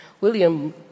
William